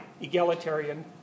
egalitarian